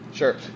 Sure